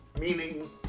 Meaning